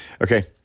Okay